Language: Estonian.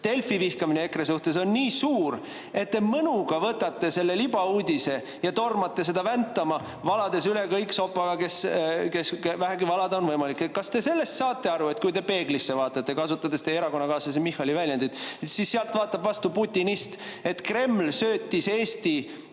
Delfi vihkamine EKRE suhtes on nii suur, et te mõnuga võtate selle libauudise ja tormate seda väntama, valades sopaga üle kõik, keda vähegi üle valada on võimalik. Kas te sellest saate aru, et kui te peeglisse vaatate – kasutades teie erakonnakaaslase Michali väljendit –, siis sealt vaatab vastu putinist? Kreml söötis Eesti